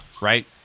Right